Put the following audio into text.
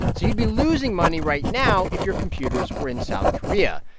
so you'd be losing money right now if your computers were in south korea.